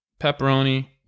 pepperoni